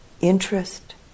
interest